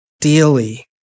daily